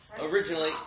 Originally